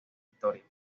historia